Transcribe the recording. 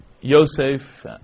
Yosef